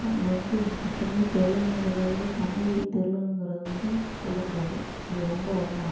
நமக்கு வந்து மத்த மொழி தெரிலங்கிறத விட தமிழ் தெரிலங்கிறது வந்து சொல்லக்கூடாது அது ரொம்ப அவுமானம்